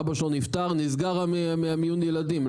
אבא שלו נפטר נסגר המיון ילדים,